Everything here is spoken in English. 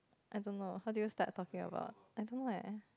I don't know how do you start talking about I don't know eh